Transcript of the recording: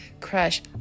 crush